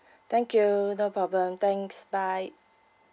thank you no problem thanks bye